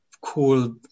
cool